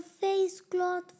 face-cloth